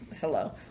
hello